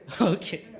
Okay